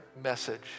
message